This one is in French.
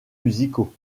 musicaux